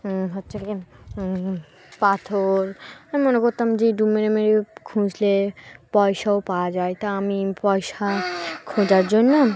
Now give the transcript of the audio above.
হচ্ছে কি পাথর আমি মনে করতাম যে ডুব মেরে মেরে খুঁজলে পয়সাও পাওয়া যায় তা আমি পয়সা খোঁজার জন্য